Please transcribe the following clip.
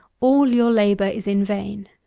all your labour is in vain.